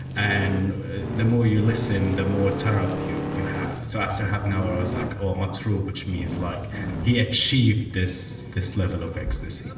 and the more you listen, the more tarap you you have. so after half an hour it's like matroub which means like he achieved this this level of ecstasy.